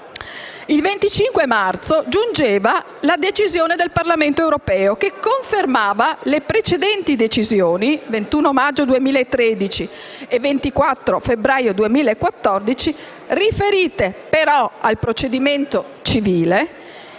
Il 25 marzo giungeva la decisione del Parlamento europeo, che confermava le precedenti decisioni del 21 maggio 2013 e del 24 febbraio 2014, riferite però al procedimento civile,